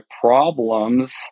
problems